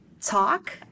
talk